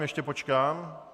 Ještě počkám.